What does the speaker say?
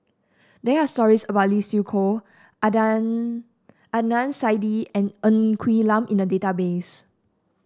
there are stories about Lee Siew Choh Adnan Saidi and Ng Quee Lam in the database